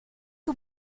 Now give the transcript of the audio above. the